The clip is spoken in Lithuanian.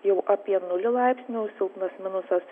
jau apie nulį laipsnių silpnas minusas